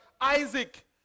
Isaac